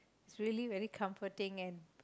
it's really really comforting and